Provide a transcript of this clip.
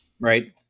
Right